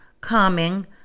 calming